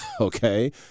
Okay